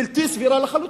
בלתי סבירה לחלוטין.